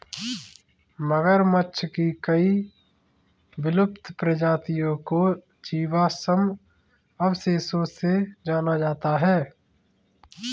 मगरमच्छ की कई विलुप्त प्रजातियों को जीवाश्म अवशेषों से जाना जाता है